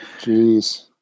Jeez